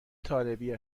طالبی